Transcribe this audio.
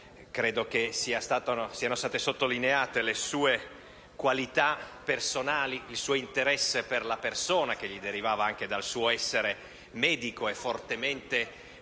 Credo che siano state sottolineate le sue qualità personali, il suo interesse per la persona, che gli derivava dal suo essere medico e fortemente